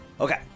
Okay